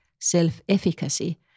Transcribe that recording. self-efficacy